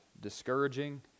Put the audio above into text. discouraging